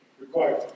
required